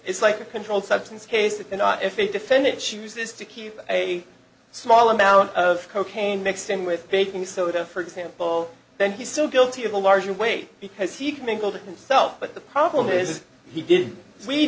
it's like a controlled substance case it cannot if a defendant chooses to keep a small amount of cocaine mixed in with baking soda for example then he's still guilty of a larger weight because he can go to consult but the problem is he did we